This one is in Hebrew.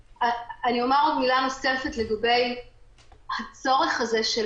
אני אומר עוד מילה נוספת לגבי הצורך הזה של